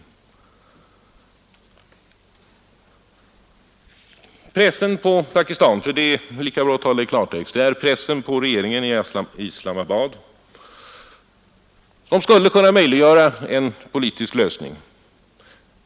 En press på regeringen i Islamabad — det är lika bra att tala klartext — skulle kunna möjliggöra en politisk lösning.